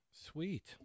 Sweet